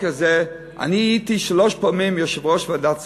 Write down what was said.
אני הייתי שלוש פעמים יושב-ראש ועדת כספים,